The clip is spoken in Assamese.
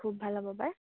খুব ভাল হ'ব পায়